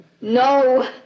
No